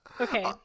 Okay